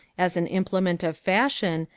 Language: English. as an implement of fashion,